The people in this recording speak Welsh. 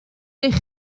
ydych